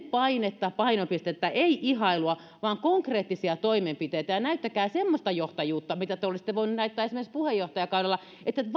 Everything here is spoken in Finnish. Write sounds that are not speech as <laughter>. <unintelligible> painetta painopistettä ei ihailua vaan konkreettisia toimenpiteitä näyttäkää semmoista johtajuutta mitä te olisitte voineet näyttää esimerkiksi puheenjohtajakaudella vaatikaa että <unintelligible>